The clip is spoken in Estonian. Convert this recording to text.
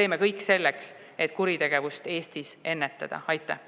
teeme kõik selleks, et kuritegevust Eestis ennetada. Aitäh!